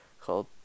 called